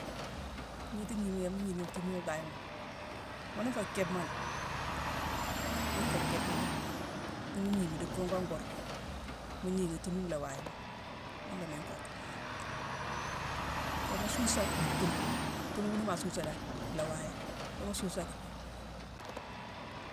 Ngniti ngnima yamma mu gnini, thuumma fu gwayémo: nune nféé kiipma lé. Ghune nféé nkipma lé. Nii mu gniimi di buughone kurma, mu gnimi, thuumma lhaa waayémo. Ghuna miine nkottu. Foo mu suusé mu thumbuma. Thumbu ghune ni ma suusé dan, laa waayé. Foo mu suusé ki.